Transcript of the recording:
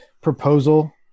proposal